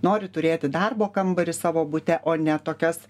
nori turėti darbo kambarį savo bute o ne tokias